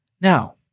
Now